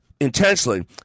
intentionally